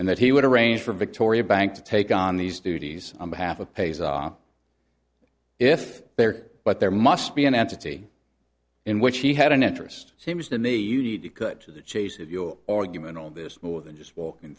and that he would arrange for victoria bank to take on these duties on behalf of pays off if there but there must be an entity in which he had an interest seems to me you need to cut to the chase of your argument all this more than just walking